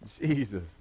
Jesus